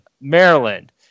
Maryland